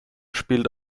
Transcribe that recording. spielt